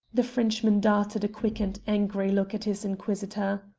the frenchman darted a quick and angry look at his inquisitor.